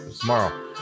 Tomorrow